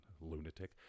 lunatic